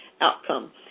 outcome